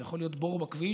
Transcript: זה יכול להיות בור בכביש,